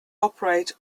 operate